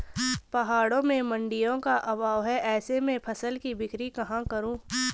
पहाड़ों में मडिंयों का अभाव है ऐसे में फसल की बिक्री कहाँ करूँ?